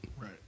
Right